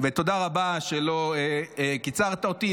ותודה רבה שלא קיצרת אותי,